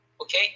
okay